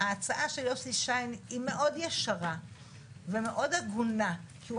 ההצעה יוסי שיין היא מאוד ישרה ומאוד הגונה כי הוא